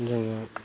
जोङो